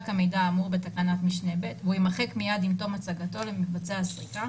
המידע האמור בתקנת משנה ב' והוא ימחק מיד עם תום הצגתו למבצע הסריקה